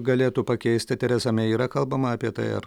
galėtų pakeisti terezą mei yra kalbama apie tai ar